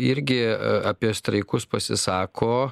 irgi apie streikus pasisako